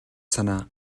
санаа